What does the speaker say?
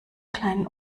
kleinen